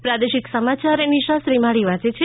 પ્રાદેશિક સમાચાર નિશા શ્રીમાળી વાંચે છે